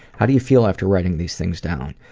how do you feel after writing these things down?